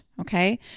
Okay